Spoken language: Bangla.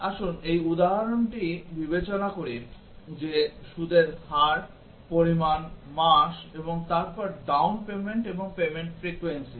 আসুন এই উদাহরণটি বিবেচনা করি যে সুদের হার পরিমাণ মাস এবং তারপর ডাউন পেমেন্ট এবং পেমেন্ট ফ্রিকোয়েন্সি